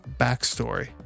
backstory